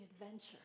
adventure